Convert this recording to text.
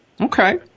Okay